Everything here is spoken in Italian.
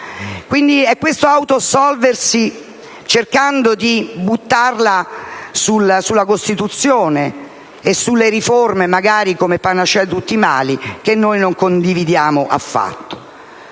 altro. È questo autoassolversi, cercando di buttarla sulla Costituzione e sulle riforme, magari come panacea di tutti i mali, che non condividiamo affatto.